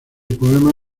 poemas